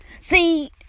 See